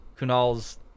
kunal's